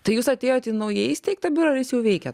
tai jūs atėjot į naujai įsteigtą biurą ar jis jau veikė